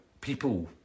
people